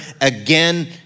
again